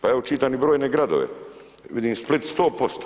Pa evo čitam i brojne gradove, vidim i Split 100%